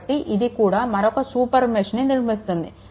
కాబట్టి ఇది కూడా మరోక సూపర్ మెష్ని నిర్మిస్తుంది